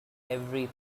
every